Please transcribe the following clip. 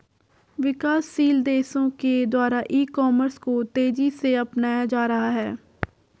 विकासशील देशों के द्वारा ई कॉमर्स को तेज़ी से अपनाया जा रहा है